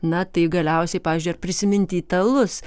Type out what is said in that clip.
na tai galiausiai pavyzdžiui ar prisiminti italus